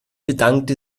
bedankte